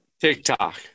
TikTok